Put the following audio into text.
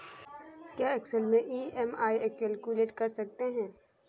क्या एक्सेल में EMI calculate कर सकते हैं?